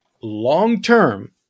long-term